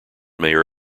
mayor